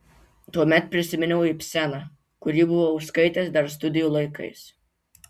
tuomet prisiminiau ibseną kurį buvau skaitęs dar studijų laikais